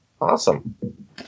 Awesome